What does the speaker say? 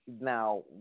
Now